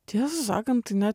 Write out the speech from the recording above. tiesą sakant net